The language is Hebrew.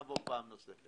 נבוא פעם נוספת.